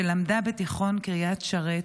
שלמדה בתיכון קריית שרת